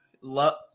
love